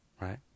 right